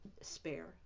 Spare